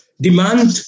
demand